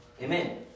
Amen